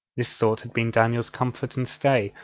this thought had been daniel's comfort and stay,